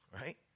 right